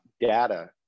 data